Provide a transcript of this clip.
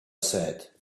said